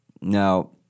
Now